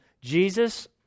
Jesus